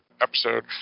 episode